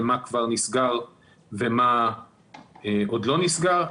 על מה כבר נסגר ומה עוד לא נסגר.